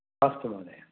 अस्तु महोदय